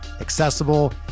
accessible